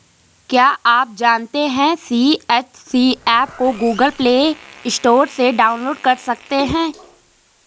क्या आप जानते है सी.एच.सी एप को गूगल प्ले स्टोर से डाउनलोड कर सकते है?